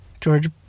George